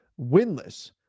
winless